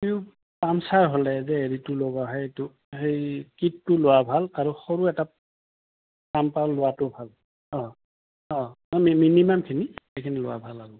tube puncture হ'লে যে হেৰিটো লগোৱা সেইটো সেই কিটটো লোৱা ভাল আৰু সৰু এটা পাম্পাৰ লোৱাটো ভাল অঁ অঁ মই মিনিমামখিনি সেইখিনি লোৱা ভাল আৰু